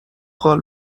قال